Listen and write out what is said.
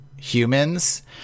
humans